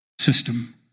system